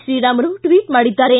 Sriramulu tweet ಮಾಡಿದ್ದಾರೆ